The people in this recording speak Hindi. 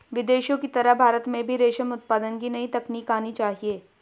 विदेशों की तरह भारत में भी रेशम उत्पादन की नई तकनीक आनी चाहिए